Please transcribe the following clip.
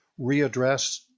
readdress